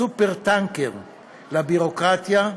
סופר-טנקר לביורוקרטיה,